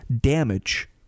damage